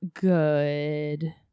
good